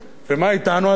ומה אתנו, אדוני?